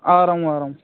आ रहा हूँ आ रहा हूँ